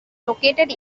located